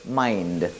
mind